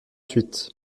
huit